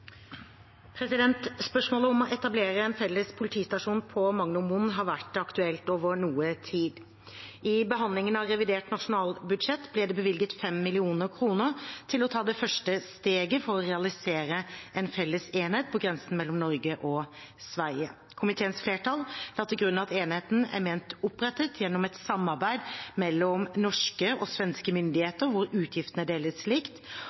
Spørsmålet om å etablere en felles politistasjon på Magnormoen har vært aktuelt over noe tid. I behandlingen av revidert nasjonalbudsjett ble det bevilget 5 mill. kr til å ta det første steget for å realisere en felles enhet på grensen mellom Norge og Sverige. Komiteens flertall la til grunn at enheten er ment opprettet gjennom et samarbeid mellom norske og svenske myndigheter hvor utgiftene deles